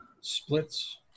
splits